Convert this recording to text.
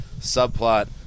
subplot